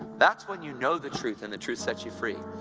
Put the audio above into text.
that's when you know the truth, and the truth sets you free.